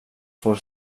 får